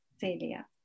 Celia